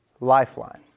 lifeline